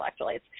electrolytes